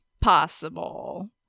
possible